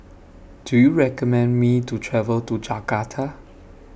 Do YOU recommend Me to travel to Jakarta